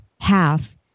half